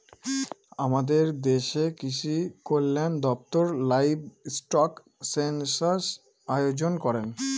আমাদের দেশের কৃষিকল্যান দপ্তর লাইভস্টক সেনসাস আয়োজন করেন